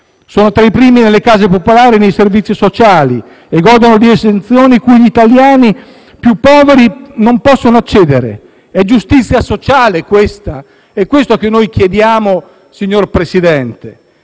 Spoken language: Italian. sono tra i primi nelle case popolari e nei servizi sociali e godono di esenzioni cui gli italiani più poveri non possono accedere. È giustizia sociale questa? È questo che noi chiediamo, signor Presidente.